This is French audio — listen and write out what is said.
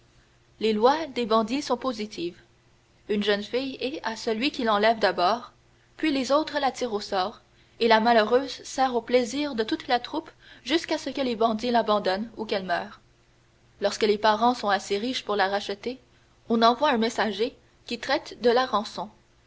les lois des bandits sont positives une jeune fille est à celui qui l'enlève d'abord puis les autres la tirent au sort et la malheureuse sert aux plaisirs de toute la troupe jusqu'à ce que les bandits l'abandonnent ou qu'elle meure lorsque les parents sont assez riches pour la racheter on envoie un messager qui traite de la rançon